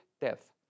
death